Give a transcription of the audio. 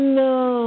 no